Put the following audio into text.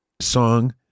song